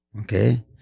Okay